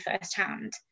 firsthand